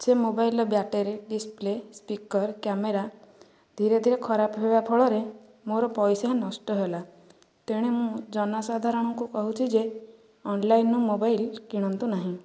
ସେ ମୋବାଇଲ୍ର battery display speaker camera ଧିରେ ଧିରେ ଖରାପ ହେବା ଫଳରେ ମୋର ପଇସା ନଷ୍ଟ ହେଲା ତେଣୁ ମୁଁ ଜନସାଧାରଣଙ୍କୁ କହୁଛି ଯେ ଅନଲାଇନ୍ରୁ ମୋବାଇଲ୍ କିଣନ୍ତୁ ନାହିଁ